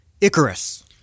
Icarus